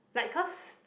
like cause